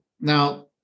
now